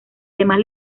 demás